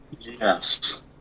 Yes